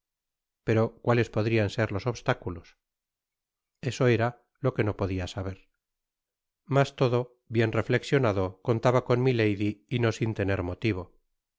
pero cuáles podian ser los obstáculos eso era lo que no podia saber mas todo bien reflexionado contaba con milady y no sin tener motivo